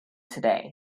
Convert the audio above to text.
today